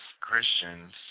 Christians